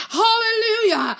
hallelujah